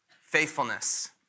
faithfulness